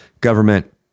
government